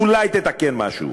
אולי תתקן משהו,